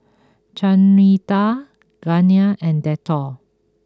Chanira Garnier and Dettol